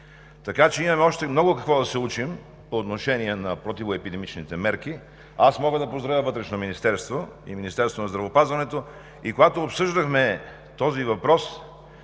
така че имаме още много какво да се учим по отношение на противоепидемичните мерки. Аз мога да поздравя Вътрешното министерство и Министерството на здравеопазването. Когато обсъждахме този въпрос